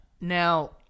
Now